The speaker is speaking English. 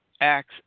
acts